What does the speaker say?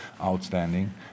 outstanding